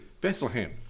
Bethlehem